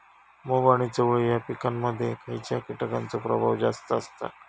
मूग आणि चवळी या पिकांमध्ये खैयच्या कीटकांचो प्रभाव जास्त असता?